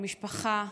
למשפחה,